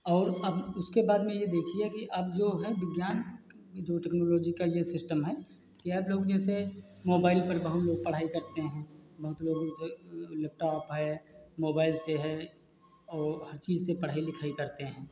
और अब उसके बाद में ये देखिए कि अब जो है विज्ञान जो टेक्नोलॉजी का ये सिस्टम है कि अब लोग जैसे मोबाइल पर बहुत लोग पढ़ाई करते हैं बहुत लोग लैपटॉप है मोबाइल से है और हर चीज़ से पढ़ाई लिखाई करते हैं